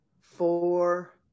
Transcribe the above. four